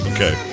Okay